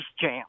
Jam